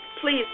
Please